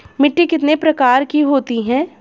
मिट्टी कितने प्रकार की होती हैं?